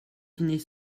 dîner